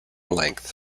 length